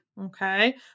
okay